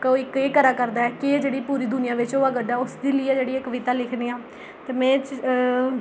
कोई केह् करै करदा ऐ की एह् जेह्ड़ी पूरी दुनिया बिच होआ करदा ऐ उसगी लेइयै जेह्ड़ियां कविता लिखनी आं ते में